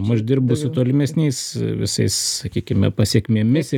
aš dirbu su tolimesniais visais sakykime pasekmėmis ir